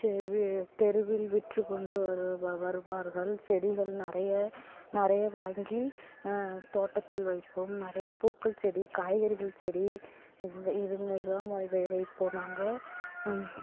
செ வி தெருவில் விற்றுக்கொண்டு வருப வருவார்கள் செடிகள் நிறைய நிறைய வாங்கி தோட்டத்தில் வைப்போம் நிறைய பூக்கள் செடி காய்கறிகள் செடி இதுங்க தான் வா வை வைப்போம் நாங்கள்